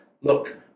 look